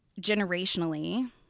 generationally